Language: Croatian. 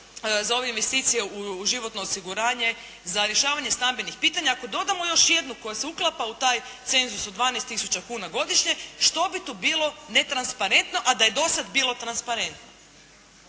za ove investicije u životno osiguranje, za rješavanje stambenih pitanja, ako dodamo još jednu koja se uklapa u taj cenzus od 12 tisuća kuna godišnje što bi tu bilo netransparentno, a da je dosad bilo transparentno.